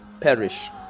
perish